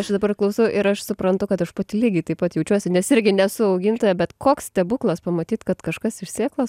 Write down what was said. aš dabar klausau ir aš suprantu kad aš pati lygiai taip pat jaučiuosi nes irgi nesu augintoja bet koks stebuklas pamatyt kad kažkas iš sėklos